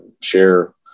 share